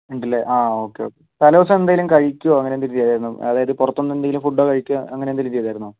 ഉണ്ടല്ലേ ആ okay okay തലേ ദിവസം എന്തേലും കഴിക്കുകയോ അങ്ങനെ എന്തേലും ചെയ്തായിരുന്നോ അതായത് പുറത്തുനിന്ന് എന്തേലും ഫുഡ് കഴിക്കുകയോ അങ്ങനെ എന്തേലും ചെയ്തായിരുന്നോ